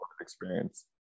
experience